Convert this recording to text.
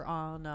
on